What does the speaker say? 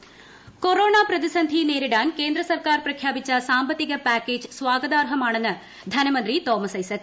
Thomas Isaac corona പ്രതിസന്ധി നേരിടാൻ കേന്ദ്ര സർക്കാർ പ്രഖ്യാപിച്ച സാമ്പത്തിക പാക്കേജ് സ്വാഗതാർഹമാണെന്ന് ധനമന്ത്രി തോമസ് ഐസക്